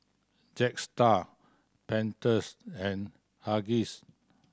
Jetstar Pantenes and Huggies